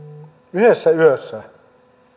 yhdessä yössä